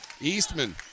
Eastman